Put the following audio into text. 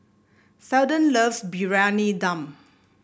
Seldon loves Briyani Dum